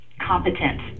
competent